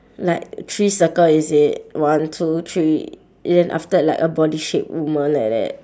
like three circle is it one two three then after that like a body shape woman like that